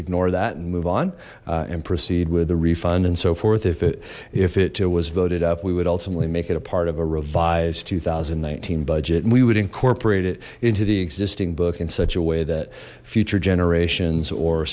ignore that and move on and proceed with the refund and so forth if it if it was voted up we would ultimately make it a revised two thousand and nineteen budget we would incorporate it into the existing book in such a way that future generations or